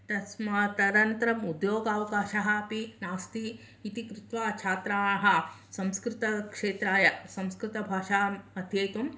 तस्माद् तदनन्तरम् उद्योगावकाशः अपि नास्ति इति कृत्वा छात्राः संस्कृतक्षेत्राय संस्कृतभाषाम् अध्येतुं